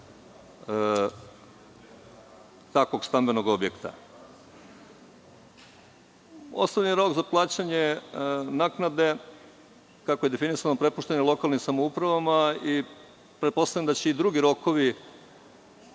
takvog stambenog objekta. Ostavljen rok za plaćanje naknade, kako je definisano, prepušten je lokalnim samouprava i pretpostavljam da će i drugi rokovi